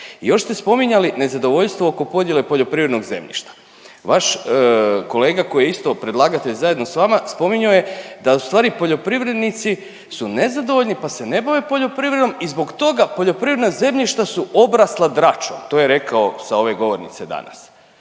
Još ste spominjali nezadovoljstvo oko podjele poljoprivrednog zemljišta. Vaš kolega koji je isto predlagatelj zajedno s vama spominjao je da u stvari poljoprivrednici su nezadovoljni pa se ne bave poljoprivredom i zbog toga poljoprivredna zemljišta su obrasla dračom. To je rekao sa ove govornice danas.